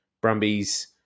Brumbies